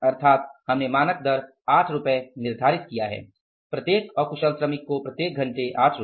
अर्थात हमने मानक दर 8 रु तय किया है प्रत्येक को 8 रु